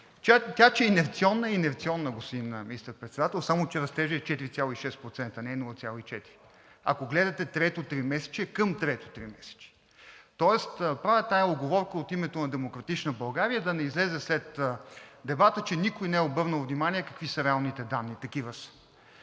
Тя, че е инерционна – инерционна е, господин Министър-председател, само че растежът е 4,6%, не е 0,4%, ако гледате трето тримесечие – към трето тримесечие. Правя тази уговорка от името на „Демократична България“ – да не излезе след дебата, че никой не е обърнал внимание какви са реалните данни. Такива са.